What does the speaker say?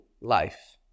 life